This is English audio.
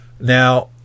Now